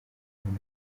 muntu